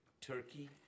Turkey